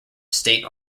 state